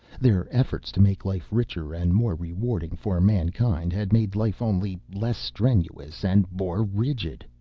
their efforts to make life richer and more rewarding for mankind had made life only less strenuous and more rigid.